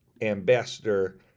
Ambassador